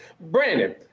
Brandon